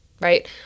right